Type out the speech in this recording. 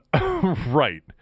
right